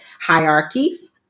hierarchies